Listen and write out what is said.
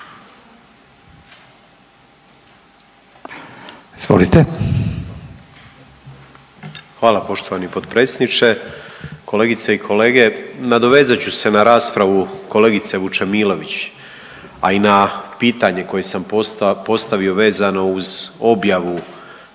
(MOST)** Hvala poštovani potpredsjedniče. Kolegice i kolege. Nadovezat ću se na raspravu kolegice Vučemilović, a i na pitanje koje sam postavio vezano uz objavu